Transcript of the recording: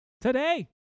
today